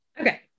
Okay